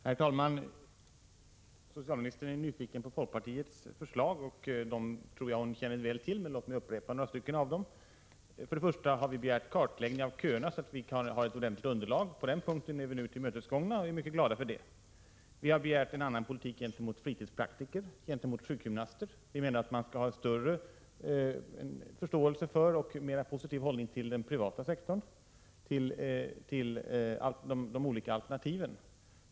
Herr talman! Socialministern är nyfiken på folkpartiets förslag. Jag tror att hon känner väl till dem, men låt mig upprepa några av dem. Folkpartiet har begärt en kartläggning av köerna, för att få ett ordentligt underlag. På den punkten har vi tillmötesgåtts, vilket vi är mycket glada för. Vi har begärt en annan politik gentemot fritidspraktiker och sjukgymnaster. Det skall finnas en större förståelse för och en mera positiv hållning till den privata sektorn, till de olika alternativen.